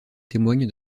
témoigne